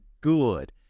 good